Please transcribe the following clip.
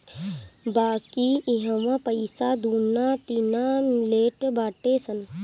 बाकी इहवा पईसा दूना तिना लेट बाटे सन